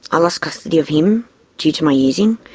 i lost custody of him due to my using